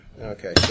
Okay